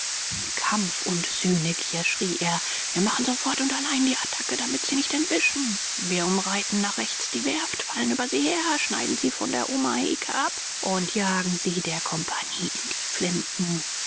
in kampf und sühnegier schrie er wir machen sofort und allein die attacke damit sie nicht entwischen wir umreiten nach rechts die werft fallen über sie her schneiden sie von der omaheke ab und jagen sie der kompagnie in die flinten